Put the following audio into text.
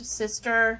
sister